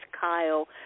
Kyle